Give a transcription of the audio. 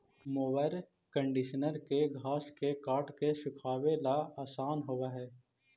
mower conditioner के घास के काट के सुखावे ला आसान होवऽ हई